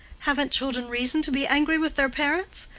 haven't children reason to be angry with their parents?